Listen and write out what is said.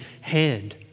hand